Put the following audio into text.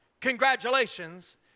congratulations